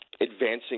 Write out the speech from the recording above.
advancing